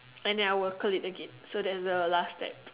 and then I will Curl it again so that's a last step